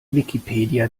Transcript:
wikipedia